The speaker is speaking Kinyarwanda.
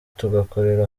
tugakorera